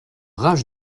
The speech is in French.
rage